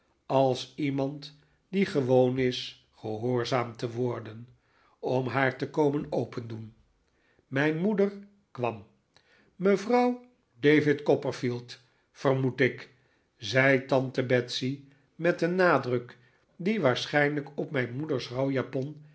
als iemand die gewoon is gehoorzaamd te worden om haar te komen opendoen mijn moeder kwam mevrouw david copperfield vermoed ik zei tante betsey met een nadruk die waarschijnlijk op mijn moeders